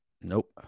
Nope